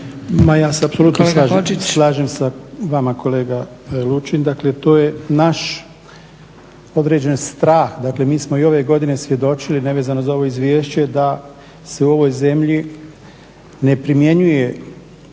ja se apsolutno slažem sa vama kolega Lučin. Dakle to je naš određen strah, dakle i mi smo ove godine svjedočili nevezano za ovo izvješće da se u ovoj zemlji ne primjenjuje